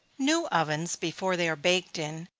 new ovens, before they are baked in,